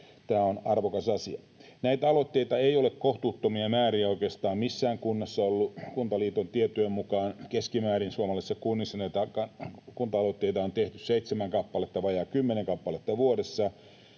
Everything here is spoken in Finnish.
Tämä on arvokas asia. Näitä aloitteita ei ole kohtuuttomia määriä oikeastaan missään kunnassa ollut. Kuntaliiton tietojen mukaan keskimäärin näitä kunta-aloitteita on suomalaisissa kunnissa tehty seitsemän kappaletta, vajaa kymmenen kappaletta vuodessa